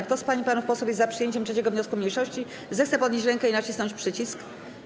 Kto z pań i panów posłów jest za przyjęciem 3. wniosku mniejszości, zechce podnieść rękę i nacisnąć przycisk.